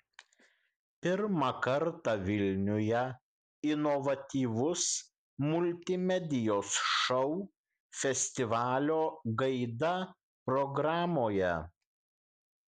pirmą kartą vilniuje inovatyvus multimedijos šou festivalio gaida programoje